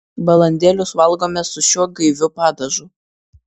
balandėlius valgome su šiuo gaiviu padažu